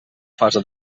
fase